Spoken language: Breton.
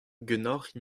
ganeocʼh